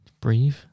Breathe